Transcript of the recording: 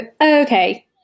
okay